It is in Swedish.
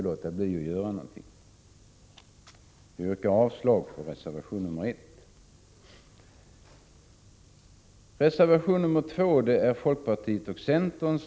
Jag yrkar avslag på reservation nr 1. Reservation nr 2 är från folkpartiet och centern.